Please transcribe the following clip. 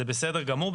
זה בסדר גמור.